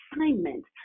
assignment